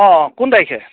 অঁ অঁ কোন তাৰিখে